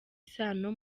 isano